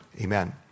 amen